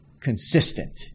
consistent